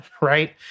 right